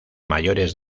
mayores